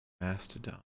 mastodon